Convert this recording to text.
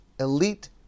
elite